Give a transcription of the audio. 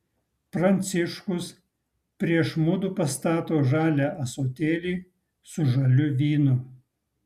pranciškus prieš mudu pastato žalią ąsotėlį su žaliu vynu